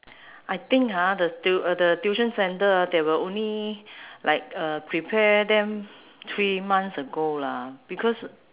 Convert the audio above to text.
I think ha the tu~ the tuition centre they will only like uh prepare them three months ago lah because